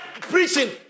preaching